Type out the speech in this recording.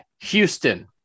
Houston